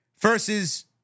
versus